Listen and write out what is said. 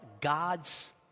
God's